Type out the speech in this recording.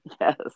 Yes